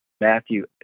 Matthew